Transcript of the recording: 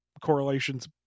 correlations